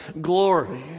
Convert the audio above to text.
glory